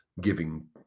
giving